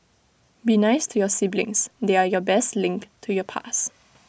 be nice to your siblings they're your best link to your past